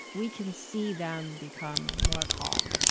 we can see them become more calm.